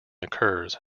occurs